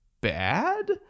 bad